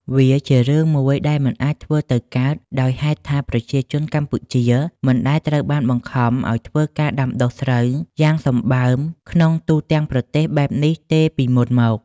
វាជារឿងមួយដែលមិនអាចធ្វើទៅកើត ដោយហេតុថាប្រជាជនកម្ពុជាមិនដែលត្រូវបានបង្ខំឱ្យធ្វើការដាំដុះស្រូវយ៉ាងសម្បើមក្នុង ទូទាំងប្រទេសបែបនេះទេពីមុនមក ។